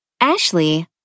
Ashley